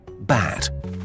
Bad